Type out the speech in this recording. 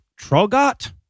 Trogot